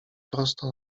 prosto